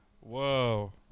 Whoa